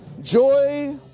Joy